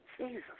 Jesus